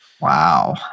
Wow